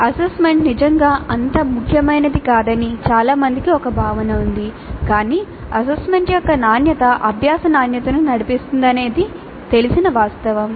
assessment నిజంగా అంత ముఖ్యమైనది కాదని చాలా మందికి ఒక భావన ఉంది కాని అసెస్మెంట్ యొక్క నాణ్యత అభ్యాస నాణ్యతను నడిపిస్తుందనేది తెలిసిన వాస్తవం